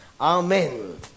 Amen